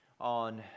on